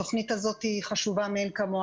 התוכנית הזאת חשובה מאין כמוה.